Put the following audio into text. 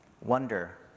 Wonder